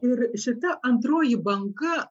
ir šita antroji banga